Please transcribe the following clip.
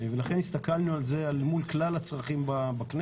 לכן הסתכלנו על זה אל מול כלל הצרכים בכנסת,